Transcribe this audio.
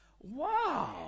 Wow